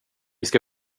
ska